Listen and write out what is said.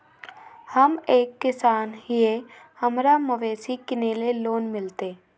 हम एक किसान हिए हमरा मवेसी किनैले लोन मिलतै?